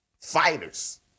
fighters